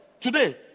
today